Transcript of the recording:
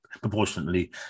proportionately